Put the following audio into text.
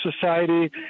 Society